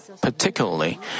Particularly